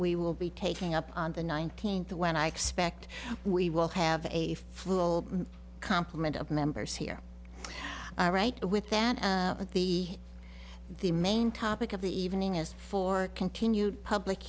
we will be taking up on the nineteenth when i expect we will have a full complement of members here right with that of the the main topic of the evening is for continued public